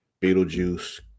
Beetlejuice